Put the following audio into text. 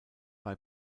bei